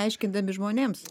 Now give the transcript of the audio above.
aiškindami žmonėms